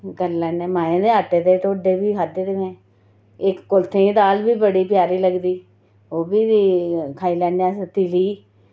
करी लैन्ने माहें दे आटे दे ढोडे बी खाद्धे दे में इक कुल्थें दी दाल बी बड़ी प्यारी लगदी ओह् बी खाई लैन्ने अस तिल्ली